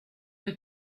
que